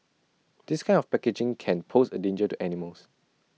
this kind of packaging can pose A danger to animals